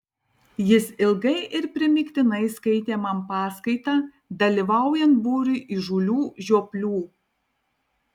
jis ilgai ir primygtinai skaitė man paskaitą dalyvaujant būriui įžūlių žioplių